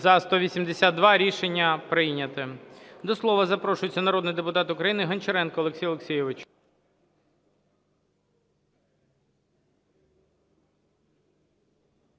За-206 Рішення прийнято. До слова запрошується народний депутат України Гончаренко Олексій Олексійович.